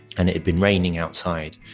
and it had been raining outside,